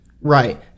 Right